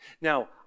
Now